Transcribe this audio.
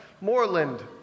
Moreland